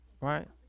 right